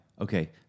Okay